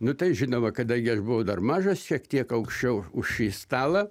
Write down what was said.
nu tai žinoma kadangi aš buvau dar mažas šiek tiek aukščiau už šį stalą